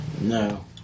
No